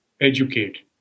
educate